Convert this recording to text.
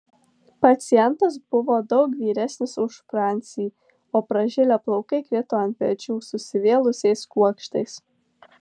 pacientas buvo daug vyresnis už francį o pražilę plaukai krito ant pečių susivėlusiais kuokštais